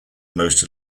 most